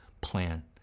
plan